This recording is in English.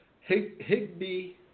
Higby